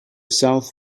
south